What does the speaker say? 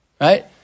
right